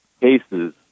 cases